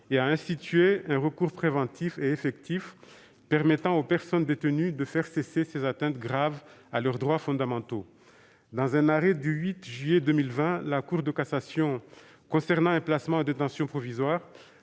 et à instituer un recours préventif et effectif, permettant aux personnes détenues de faire cesser ces atteintes graves à leurs droits fondamentaux. Dans un arrêt du 8 juillet 2020, la Cour de cassation, concernant un placement en détention provisoire,